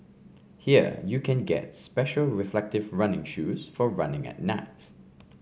here you can get special reflective running shoes for running at night